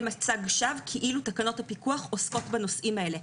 מצג שווא כאילו תקנות הפיקוח עוסקות בנושאים האלה.